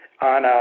on